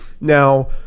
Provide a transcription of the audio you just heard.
Now